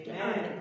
Amen